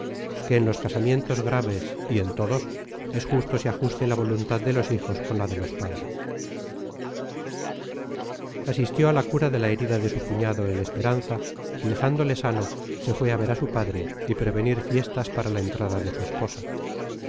que en los casamientos graves y en todos es justo se ajuste la voluntad de los hijos con la de los padres asistió á la cura de la herida de su cuñado en esperanza y dejándole sano se fué á ver á su padre y prevenir fiestas para la entrada de su esposa